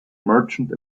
merchant